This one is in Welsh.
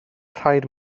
rhaid